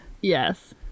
Yes